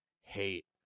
hate